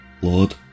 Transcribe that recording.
Lord